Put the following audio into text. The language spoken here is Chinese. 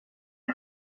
发展